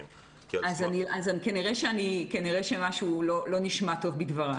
והם לא נדגמים כי אף אחד לא חושב שיש להם מחלה.